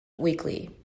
weekly